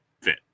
fit